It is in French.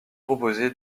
proposé